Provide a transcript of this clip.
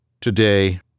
Today